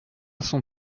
son